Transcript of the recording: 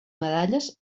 medalles